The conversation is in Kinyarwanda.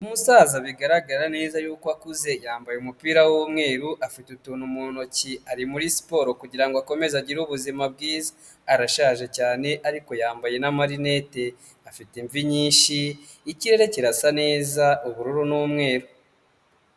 Umusaza bigaragara neza yuko akuze yambaye umupira w'umweru afite utuntu mu ntoki ari muri siporo kugira ngo akomeze agire ubuzima bwiza, arashaje cyane ariko yambaye n'amarinete, afite imvi nyinshi, ikirere kirasa neza ubururu n'umweru.